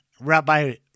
Rabbi